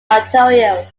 ontario